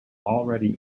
already